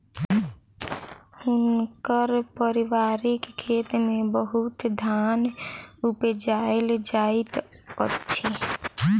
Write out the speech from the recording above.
हुनकर पारिवारिक खेत में बहुत धान उपजायल जाइत अछि